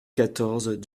quatorze